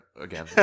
Again